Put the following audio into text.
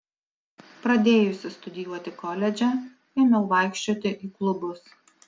pradėjusi studijuoti koledže ėmiau vaikščioti į klubus